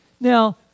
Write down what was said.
Now